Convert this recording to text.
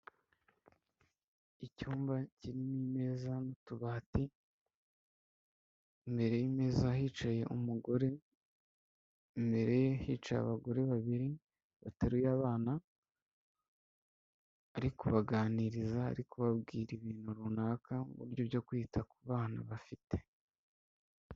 Icyumba kinrimo imeza n'utubati, imbere y'imeza hicaye umugore, imbere hicaye abagore babiri bateruye abana, ari kubabaganiriza ari kubabwira ibintu runaka mu buryo bwo kwita ku bana bafite.